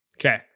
okay